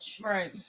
right